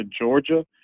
Georgia